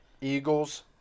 eagles